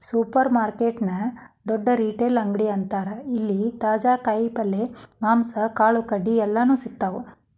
supermarket ನ ದೊಡ್ಡ retail ಅಂಗಡಿ ಅಂತಾರ ಇಲ್ಲಿ ತಾಜಾ ಕಾಯಿ ಪಲ್ಯ, ಮಾಂಸ, ಕಾಳುಕಡಿ ಎಲ್ಲಾನೂ ಸಿಗ್ತಾವ